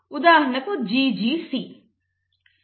ఉదాహరణకు GGC